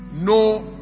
no